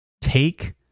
Take